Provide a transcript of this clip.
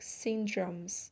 syndromes